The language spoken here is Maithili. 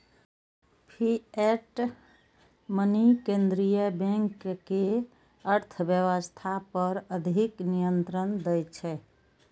फिएट मनी केंद्रीय बैंक कें अर्थव्यवस्था पर अधिक नियंत्रण दै छै